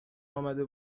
امده